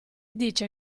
dice